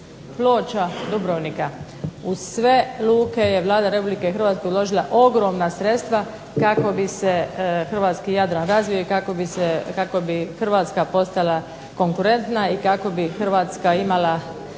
Ploča, Dubrovnika u sve luke je Vlada Republike Hrvatske uložila ogromna sredstva kako bi se hrvatski Jadran razvio i kako bi Hrvatska postala konkurentna i kako bi Hrvatska imala